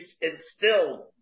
instilled